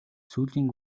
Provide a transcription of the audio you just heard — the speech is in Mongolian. сүүлийн